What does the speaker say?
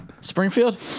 Springfield